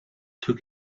took